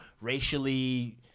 racially